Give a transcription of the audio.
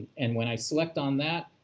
and when i select on that,